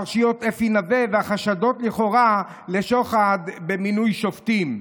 פרשיות אפי נווה והחשדות לכאורה לשוחד במינוי שופטים.